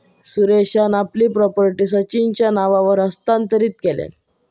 सुरेशान आपली प्रॉपर्टी सचिनच्या नावावर हस्तांतरीत केल्यान